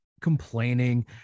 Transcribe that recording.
complaining